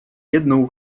jedną